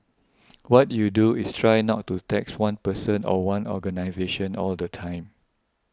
what you do is try not to tax one person or one organisation all the time